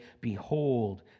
behold